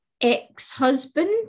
ex-husband